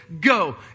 Go